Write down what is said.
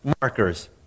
markers